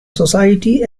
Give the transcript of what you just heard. society